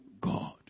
God